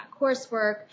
coursework